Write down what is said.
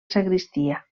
sagristia